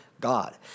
God